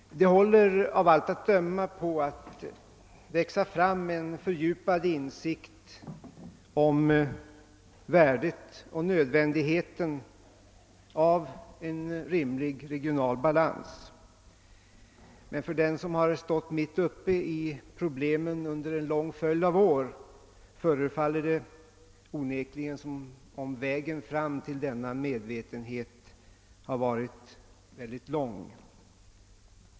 Det håller av allt att döma på att växa fram en fördjupad insikt om värdet och nödvändigheten av en rimlig regional balans, men för den som under en följd av år har stått mitt uppe i problemen förefaller det onekligen som om vägen fram till denna medvetenhet har varit lång.